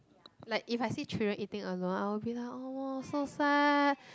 like if I see children eating alone I will be like oh so sad